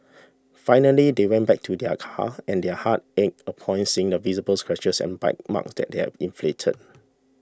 finally they went back to their car and their hearts ached upon seeing the visible scratches and bite marks that had inflicted